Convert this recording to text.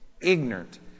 Ignorant